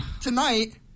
tonight